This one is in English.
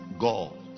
God